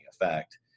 effect